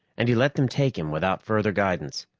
and he let them take him without further guidance.